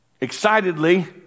excitedly